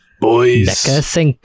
boys